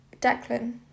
Declan